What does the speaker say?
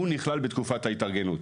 הוא נכלל בתקופת ההתארגנות.